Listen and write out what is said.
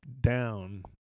down